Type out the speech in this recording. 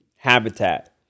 Habitat